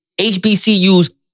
HBCU's